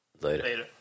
Later